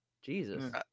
Jesus